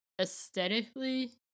aesthetically